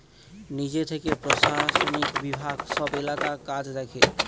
নিজে থেকে প্রশাসনিক বিভাগ সব এলাকার কাজ দেখে